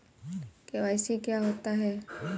KYC क्या होता है?